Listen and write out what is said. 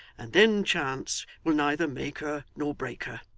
and then chance will neither make her nor break her.